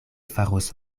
faros